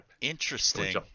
Interesting